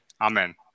Amen